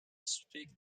speak